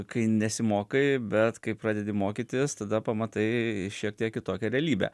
kai nesimokai bet kai pradedi mokytis tada pamatai šiek tiek kitokią realybę